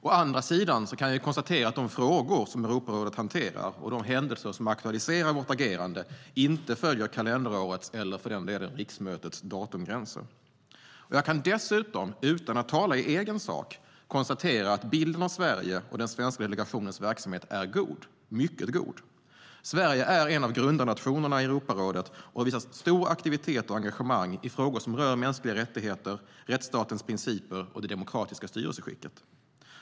Å andra sidan kan jag konstatera att de frågor som Europarådet hanterar och de händelser som aktualiserar vårt agerande inte följer kalenderårets, eller för den delen riksmötets, datumgränser. Jag kan dessutom, utan att tala i egen sak, konstatera att bilden av Sverige och den svenska delegationens verksamhet är god - mycket god. Sverige är en av grundarnationerna i Europarådet och har visat stor aktivitet och stort engagemang i frågor som rör mänskliga rättigheter, rättsstatens principer och det demokratiska styrelseskicket.